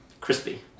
crispy